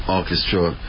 Orchestra